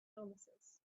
illnesses